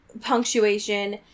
punctuation